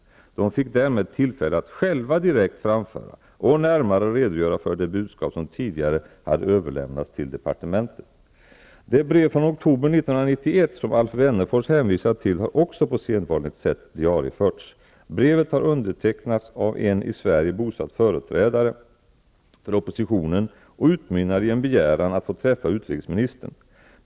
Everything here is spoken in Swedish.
De fick därmed tillfälle att själva direkt framföra och närmare redogöra för det budskap som tidigare hade överlämnats till departementet. Det brev från oktober 1991 som Alf Wennerfors hänvisar till har också på sedvanligt sätt diarieförts. Brevet var undertecknat av en i Sverige bosatt företrädare för oppositionen och utmynnade i en begäran att få träffa utrikesministern.